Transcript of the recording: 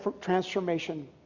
Transformation